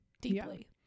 deeply